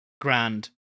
grand